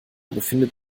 befindet